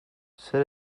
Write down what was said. zer